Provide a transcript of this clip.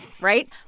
right